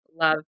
love